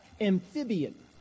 amphibian